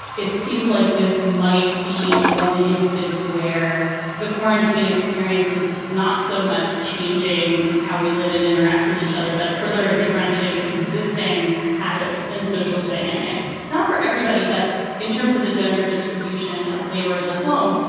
it seems like this might be one instance where the quarantine experiences not so much changing how we live and interact with each other, but further entrenching existing habits and social dynamics. not for everybody, but in terms of the gender distribution of labor in the home.